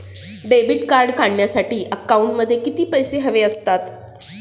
Debit card काढण्यासाठी अकाउंटमध्ये किती पैसे हवे असतात?